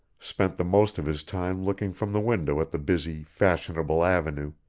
spent the most of his time looking from the window at the busy, fashionable avenue,